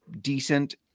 decent